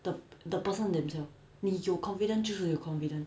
the the person themselves 你有 confidence 就是有 confidence